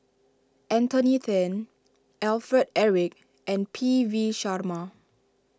Anthony then Alfred Eric and P V Sharma